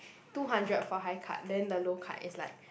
two hundred for high cut then the low cut is like